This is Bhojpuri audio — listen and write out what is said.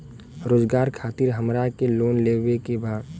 रोजगार खातीर हमरा के लोन लेवे के बा?